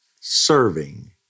serving